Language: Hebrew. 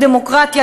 בדמוקרטיה,